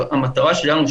אבל המטרה שלנו,